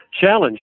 challenge